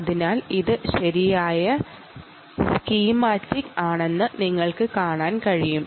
അതിനാൽ ഇത് ശരിയായ സ്കീമാറ്റിക് ആണെന്ന് നിങ്ങൾക്ക് കാണാൻ കഴിയും